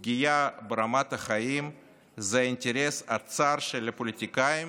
ופגיעה ברמת החיים זה האינטרס הצר של פוליטיקאים